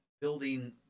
building